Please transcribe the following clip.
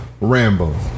Rambo